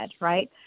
right